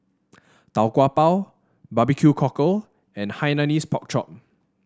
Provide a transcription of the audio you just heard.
Tau Kwa Pau Barbecue Cockle and Hainanese Pork Chop